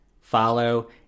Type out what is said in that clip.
follow